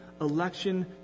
election